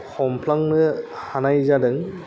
हमफ्लांनो हानाय जादों